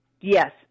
yes